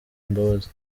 imbabazi